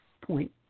point